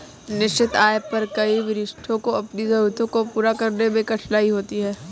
निश्चित आय पर कई वरिष्ठों को अपनी जरूरतों को पूरा करने में कठिनाई होती है